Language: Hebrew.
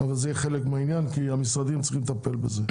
אבל זה יהיה חלק מהעניין כי המשרדים צריכים לטפל בזה.